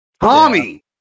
Tommy